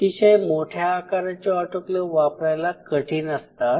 अतिशय मोठ्या आकाराचे ऑटोक्लेव वापरायला कठीण असतात